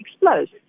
explodes